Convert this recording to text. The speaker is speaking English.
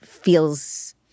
feels